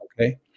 Okay